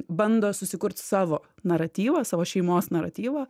bando susikurt savo naratyvą savo šeimos naratyvą